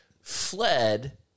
fled